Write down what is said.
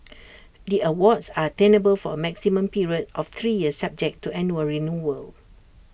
the awards are tenable for A maximum period of three years subject to annual renewal